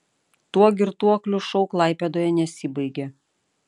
tuo girtuoklių šou klaipėdoje nesibaigė